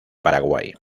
paraguay